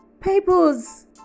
People's